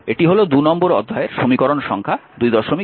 এটি হল 2 নম্বর অধ্যায়ের সমীকরণ সংখ্যা 22